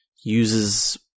uses